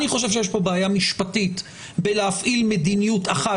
אני חושב שיש פה בעיה משפטית בהפעלת מדיניות אחת